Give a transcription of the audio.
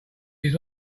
his